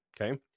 Okay